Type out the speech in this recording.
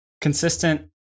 Consistent